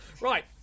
Right